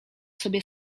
sobie